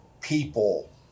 people